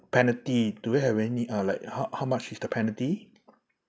penalty do you have any uh like how how much is the penalty